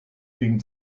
gegen